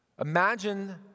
Imagine